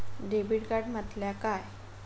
Debit card म्हटल्या काय?